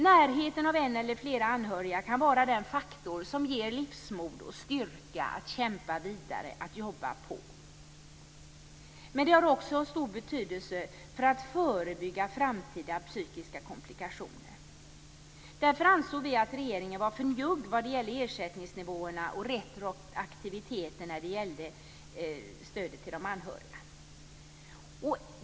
Närheten av en eller flera anhöriga kan vara den faktor som ger den skadade livsmod och styrka att kämpa vidare, att jobba på. Men det här har också en stor betydelse när det gäller att förebygga framtida psykiska komplikationer. Därför ansåg vi att regeringen var för njugg i fråga om ersättningsnivåerna och retroaktiviteten när det gällde stödet till de anhöriga.